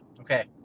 Okay